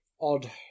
Odd